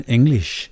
English